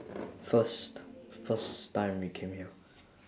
first first time we came here